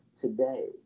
today